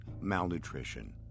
malnutrition